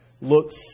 looks